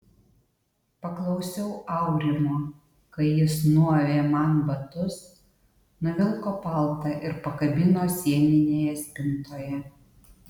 paklausiau aurimo kai jis nuavė man batus nuvilko paltą ir pakabino sieninėje spintoje